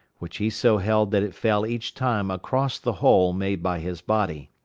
which he so held that it fell each time across the hole made by his body.